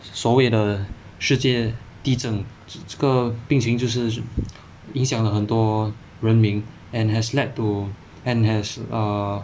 所谓的世界地震这个病情就是影响了很多人民 and has led to and has err